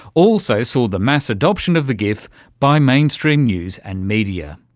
also saw the mass adoption of the gif by mainstream news and media.